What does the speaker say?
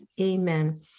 Amen